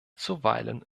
zuweilen